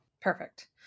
Perfect